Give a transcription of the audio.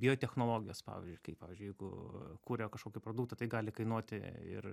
biotechnologijos pavyzdžiui kai pavyzdžiui jeigu kuria kažkokį produktą tai gali kainuoti ir